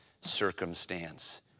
circumstance